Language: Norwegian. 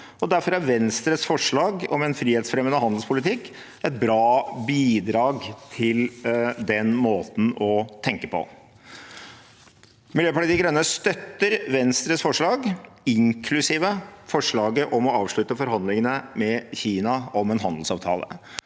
Derfor er Venstres forslag om en frihetsfremmende handelspolitikk et bra bidrag til den måten å tenke på. Miljøpartiet De Grønne støtter Venstres forslag, inklusiv forslaget om å avslutte forhandlingene med Kina om en handelsavtale.